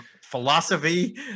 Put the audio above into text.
philosophy